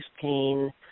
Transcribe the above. pain